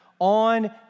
on